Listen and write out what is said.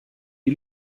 die